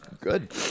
good